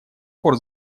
пор